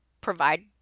provide